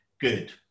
good